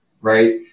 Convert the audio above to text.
right